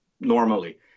normally